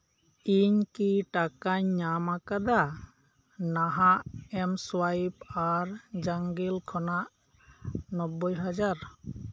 ᱤᱧ ᱠᱤ ᱴᱟᱠᱟᱧ ᱧᱟᱢ ᱟᱠᱟᱫᱟ ᱱᱟᱦᱟᱜ ᱮᱢᱥᱳᱭᱟᱭᱤᱯ ᱟᱨ ᱡᱟᱝᱜᱮᱞ ᱠᱷᱚᱱᱟᱜ ᱱᱚᱵᱵᱳᱭ ᱦᱟᱡᱟᱨ